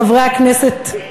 חברי הכנסת,